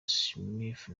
smith